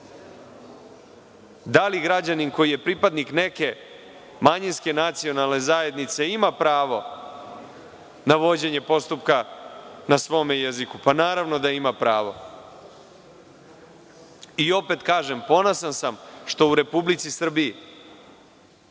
li građanin koji je pripadnik neke manjinske nacionalne zajednice ima pravo na vođenje postupka na svom jeziku? Naravno da ima pravo. Opet kažem, ponosan sam što u Republici Srbiji